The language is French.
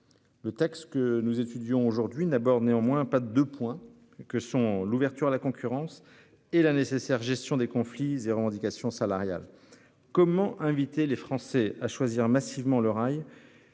Le texte que nous étudions aujourd'hui n'aborde néanmoins pas de points que sont l'ouverture à la concurrence et la nécessaire gestion des conflits et revendications salariales comment inviter les Français à choisir massivement le rail.